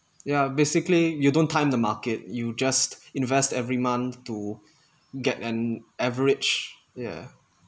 ya basically you don't time the market you just invest every month to get an average ya